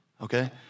okay